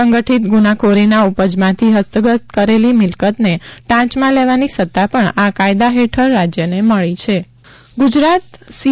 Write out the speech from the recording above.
સંગઠીત ગુનાખોરીના ઉપજમાંથી હસ્તગત કરેલી મિલકતને ટાંચમાં લેવાની સત્તા પણ આ કાયદા હેઠળ રાજયને મળી છે બાઇટ જાડેજા ગુજરાત સી